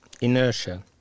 inertia